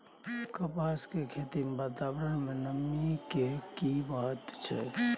कपास के खेती मे वातावरण में नमी के की महत्व छै?